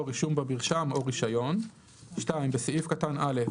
רישום במרשם או רישיון"; בסעיף קטן (א),